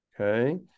okay